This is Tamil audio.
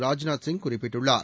ராஜ்நாத் சிங் குறிப்பிட்டுள்ளார்